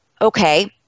okay